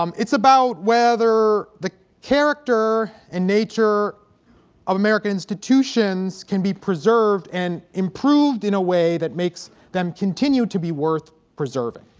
um it's about whether the character and nature of american institutions can be preserved and improved in a way that makes them continue to be worth preserving.